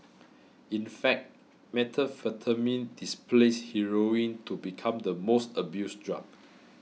in fact methamphetamine displaced heroin to become the most abused drug